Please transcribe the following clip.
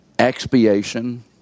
expiation